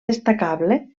destacable